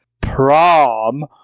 prom